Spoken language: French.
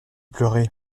pleuré